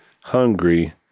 hungry